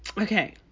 Okay